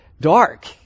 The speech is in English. dark